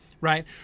right